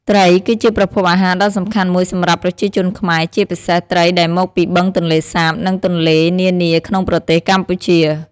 ត្រីគឺជាប្រភពអាហារដ៏សំខាន់មួយសម្រាប់ប្រជាជនខ្មែរ ជាពិសេសត្រីដែលមកពីបឹងទន្លេសាប និងទន្លេនានាក្នុងប្រទេសកម្ពុជា។